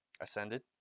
ascended